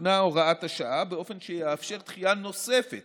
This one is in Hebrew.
תוקנה הוראת השעה באופן שיאפשר דחייה נוספת